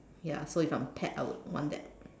ya so if I'm a pet I would want that